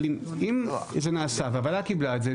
אבל אם זה נעשה והוועדה קיבלה את זה,